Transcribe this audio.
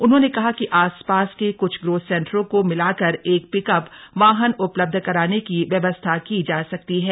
उन्होंने कहा कि आसपास के कुछ ग्रोथ सेंटरों को मिलाकर एक पिकअप वाहन उपलब्ध कराने की व्यवस्था की जा सकती है